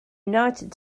united